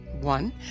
One